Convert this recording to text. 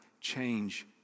change